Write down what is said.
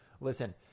Listen